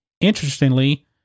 Interestingly